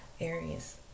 Aries